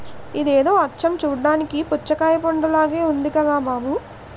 ఇదేదో అచ్చం చూడ్డానికి పుచ్చకాయ పండులాగే ఉంది కదా బాబూ